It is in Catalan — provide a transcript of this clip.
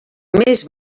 més